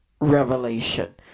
revelation